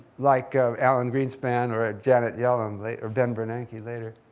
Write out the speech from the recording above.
like alan greenspan or ah janet yellen or ben bernanke yeah later.